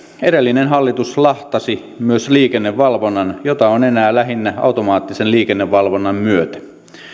edellinen hallitus lahtasi myös liikennevalvonnan jota on enää lähinnä automaattisen liikennevalvonnan myötä